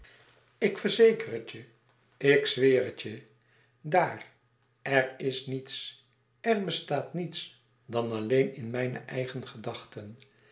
ik verzeker het je ik zweer het je daar er is niets er bestaat niets dan alleen in mijne eigen gedachten